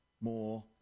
more